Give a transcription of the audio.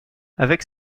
avec